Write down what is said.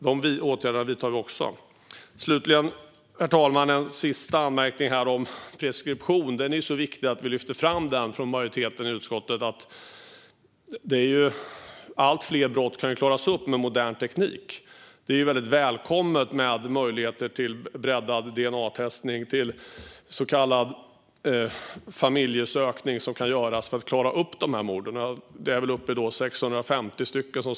Herr talman! Slutligen ska jag göra en anmärkning om preskription. Det är viktigt att vi lyfter fram den från majoriteten i utskottet. Allt fler brott kan klaras upp med modern teknik. Det är mycket välkommet med möjligheter till breddad DNA-testning med så kallad familjesökning som kan göras för att klara upp mord. Det handlar som sagt om uppåt 650 ouppklarade mord.